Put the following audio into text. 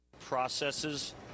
Processes